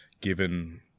given